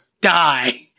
die